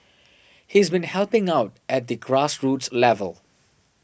he's been helping out at the grassroots level